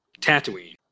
Tatooine